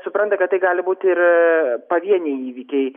supranta kad tai gali būti ir pavieniai įvykiai